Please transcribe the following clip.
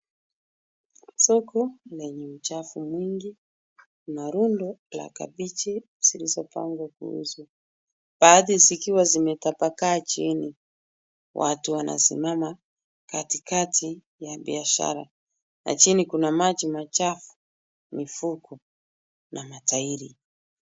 Soko lenye uchafu mwingi na rundo la kabichi zilizopangwa kuuzwa baadhi zikiwa zimetapakaa chini. Watu wanasimama katikati ya biashara na chini kuna maji machafu, mifuko na matairi .